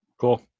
Cool